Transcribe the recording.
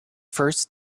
first